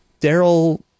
Daryl